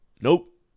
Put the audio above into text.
nope